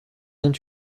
ont